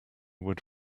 would